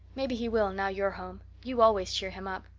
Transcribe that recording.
maybe he will now you're home. you always cheer him up.